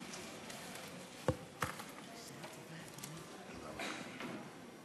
(חותם על ההצהרה)